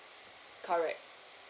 correct